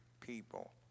people